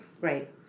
right